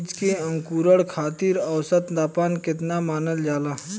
बीज के अंकुरण खातिर औसत तापमान केतना मानल जाला?